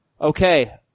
Okay